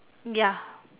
ya